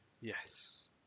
Yes